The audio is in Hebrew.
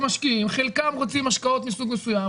משקיעים חלקם רוצים השקעות מסוג מסוים,